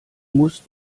musst